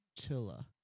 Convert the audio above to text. Chilla